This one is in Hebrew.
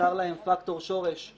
אושר להם פקטור שורש,